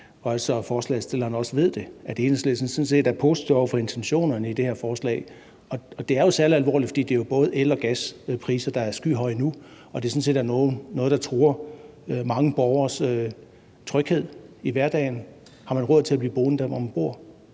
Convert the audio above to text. så forslagsstilleren også ved, at Enhedslisten sådan set er positiv over for intentionerne i det her forslag. Det er jo særlig alvorligt, fordi det både er el- og gaspriserne, der er skyhøje nu, og det sådan set er noget, der truer mange borgeres tryghed i hverdagen. Har man råd til at blive boende der, hvor man bor?